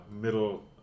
Middle